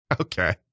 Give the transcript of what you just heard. Okay